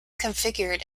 configured